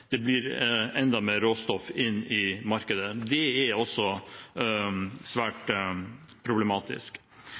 det blir enda mer råstoff inn i markedet. Det er også svært problematisk.